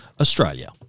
Australia